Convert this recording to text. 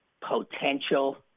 potential